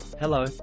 Hello